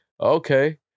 okay